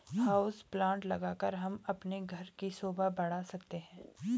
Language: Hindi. हाउस प्लांट लगाकर हम अपने घर की शोभा बढ़ा सकते हैं